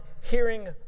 hearing